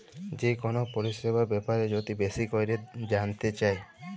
যে কল পরিছেবার ব্যাপারে যদি বেশি ক্যইরে জালতে চায়